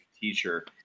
teacher